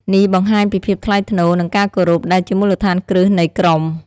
នេះបង្ហាញពីភាពថ្លៃថ្នូរ និងការគោរព ដែលជាមូលដ្ឋានគ្រឹះនៃក្រុម។